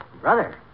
Brother